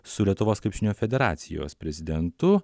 su lietuvos krepšinio federacijos prezidentu